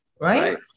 Right